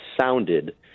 sounded